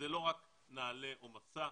זה לא רק נעל"ה או 'מסע',